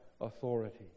authority